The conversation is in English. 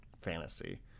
fantasy